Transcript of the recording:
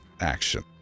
action